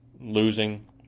losing